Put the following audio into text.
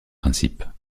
principes